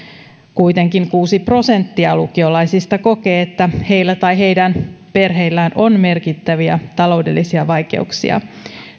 kuitenkin kuusi prosenttia lukiolaisista kokee että heillä tai heidän perheillään on merkittäviä taloudellisia vaikeuksia